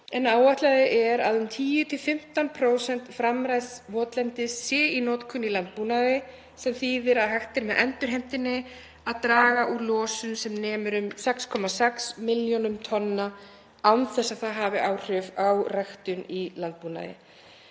en áætlað er að um 10–15% framræsts votlendis séu í notkun í landbúnaði sem þýðir að hægt er með endurheimtinni að draga úr losun sem nemur um 6,6 milljónum tonna án þess að það hafi áhrif á ræktun í landbúnaði.